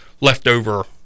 leftover